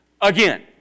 again